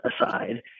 aside